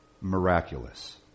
miraculous